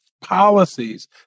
Policies